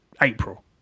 April